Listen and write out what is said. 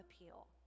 appeal